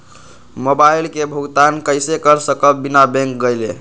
Mobile के भुगतान कईसे कर सकब बिना बैंक गईले?